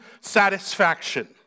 satisfaction